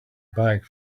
back